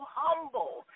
humble